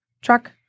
truck